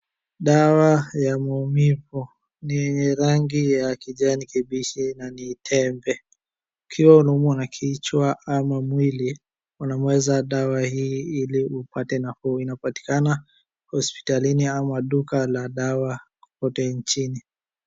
Dawa ya maumivu, ni yenye rangi ya kijani kimbichi na ni tembe. Ukiwa unaumwa na kichwa ama mwili unameza dawa hii ili upate nafuu. Inapatikana hospitalini ama duka la dawa kote nchini.